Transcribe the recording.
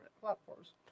platforms